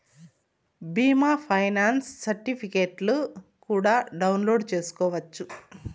బీమా ఫైనాన్స్ సర్టిఫికెట్లు కూడా డౌన్లోడ్ చేసుకోవచ్చు